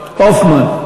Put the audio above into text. הופמן.